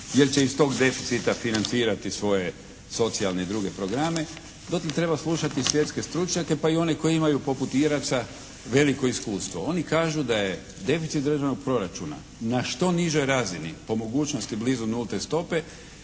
jer će iz tog deficita financirati svoje socijalne i druge programe dotle treba slušati svjetske stručnjake pa i one koji imaju poput Iraca veliko iskustvo. Oni kažu da je deficit državnog proračuna na što nižoj razini po mogućnosti blizu nulte stope